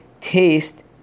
taste